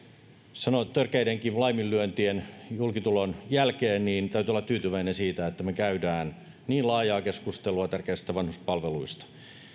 sanon törkeidenkin laiminlyöntien julkitulon jälkeen täytyy olla tyytyväinen siitä että me käymme niin laajaa keskustelua tärkeistä vanhuspalveluista